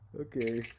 Okay